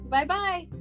Bye-bye